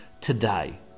today